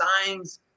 signs